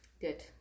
Good